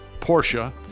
Porsche